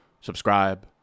subscribe